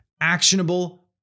actionable